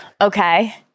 Okay